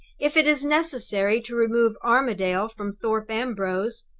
if it is necessary to remove armadale from thorpe ambrose,